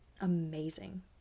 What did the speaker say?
Amazing